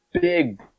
big